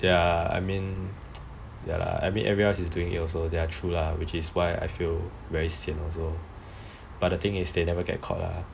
I mean everyone else is doing it I mean true lah but the thing is they never get caught so